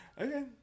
Okay